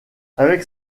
avec